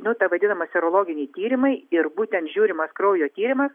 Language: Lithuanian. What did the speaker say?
nu ta vadinama serologiniai tyrimai ir būtent žiūrimas kraujo tyrimas